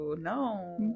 No